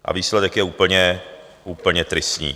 A výsledek je úplně, úplně tristní.